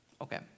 Okay